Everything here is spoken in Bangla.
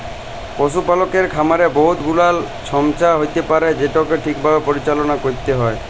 পশুপালকের খামারে বহুত গুলাল ছমচ্যা হ্যইতে পারে যেটকে ঠিকভাবে পরিচাললা ক্যইরতে হ্যয়